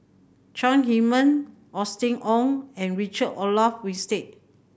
Chong Heman Austen Ong and Richard Olaf Winstedt